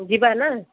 ଯିବା ନା